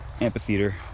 Amphitheater